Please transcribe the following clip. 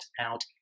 out